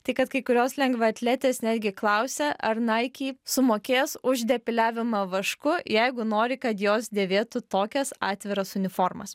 tai kad kai kurios lengvaatletės netgi klausia ar naiki sumokės už depiliavimą vašku jeigu nori kad jos dėvėtų tokias atviras uniformas